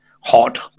hot